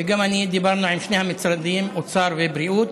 וגם אני דיברנו עם שני המשרדים, האוצר והבריאות,